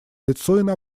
лицо